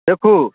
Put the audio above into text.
देखू